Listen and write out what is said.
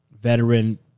veteran